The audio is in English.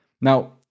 Now